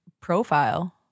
profile